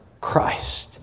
Christ